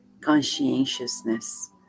conscientiousness